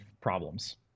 problems